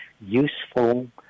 useful